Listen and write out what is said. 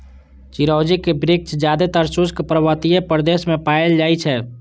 चिरौंजीक वृक्ष जादेतर शुष्क पर्वतीय प्रदेश मे पाएल जाइ छै